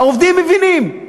העובדים מבינים.